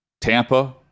Tampa